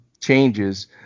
changes